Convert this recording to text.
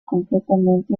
completamente